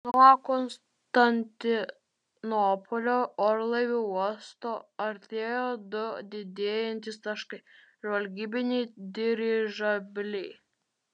nuo konstantinopolio orlaivių uosto artėjo du didėjantys taškai žvalgybiniai dirižabliai